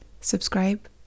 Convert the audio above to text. Subscribe